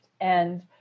And-